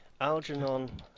Algernon